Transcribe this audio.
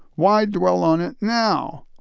why dwell on it now?